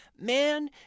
man